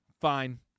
fine